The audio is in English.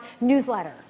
newsletter